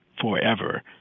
forever